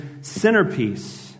centerpiece